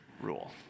rule